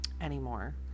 anymore